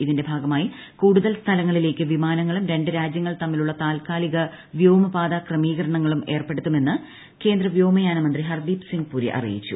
ഇതിന്റെ ഭാഗമായി കൂട്ടുതിൽ സ്ഥലങ്ങളിലേക്ക് വിമാനങ്ങളും രണ്ട് രാജ്യങ്ങൾ തമ്മിലുള്ള താ്ൽക്കാലിക വ്യോമപാത ക്രമീകരണങ്ങളും ഏർപ്പെടുത്തുമെന്ന് കേന്ദ്ര വ്യോമയാന മന്ത്രി ഹർദ്ദീപ് സിങ് പുരി അറിയിച്ചു